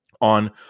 on